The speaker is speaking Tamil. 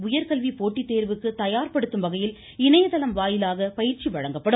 இந்த உயர் கல்வி போட்டித்தேர்வுக்கு தயார் படுத்தும் வகையில் இணையதளம் வாயிலாக பயிற்சி அளிக்கப்படும்